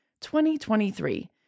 2023